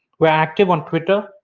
we're active on twitter,